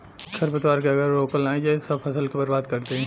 खरपतवार के अगर रोकल नाही जाई सब फसल के बर्बाद कर देई